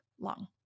long